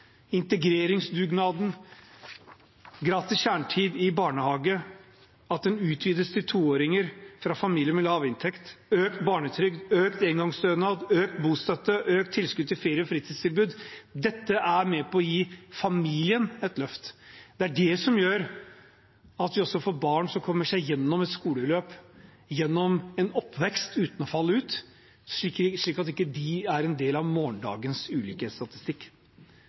Integreringsdugnaden, gratis kjernetid i barnehage og at den utvides til 2-åringer fra familier med lav inntekt, økt barnetrygd, økt engangsstønad, økt bostøtte, økt tilskudd til ferie- og fritidstilbud – alt dette er med på å gi familiene et løft. Det er også det som gjør at vi får barn som kommer seg gjennom et skoleløp, gjennom en oppvekst, uten å falle ut, slik at de ikke blir en del av morgendagens ulikhetsstatistikk.